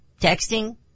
texting